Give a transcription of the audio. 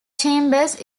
chambers